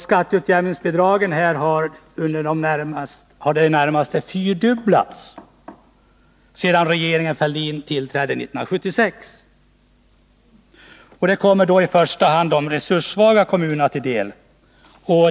Skatteutjämningsbidragen har i det närmaste fyrdubblats sedan regeringen Fälldin tillträdde 1976. Detta kommer i första hand de resurssvaga kommunerna till del.